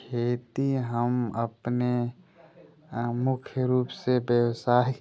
खेती हम अपने मुख्य रूप से व्यवसाय